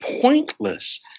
pointless